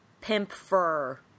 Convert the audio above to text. pimp-fur